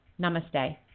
Namaste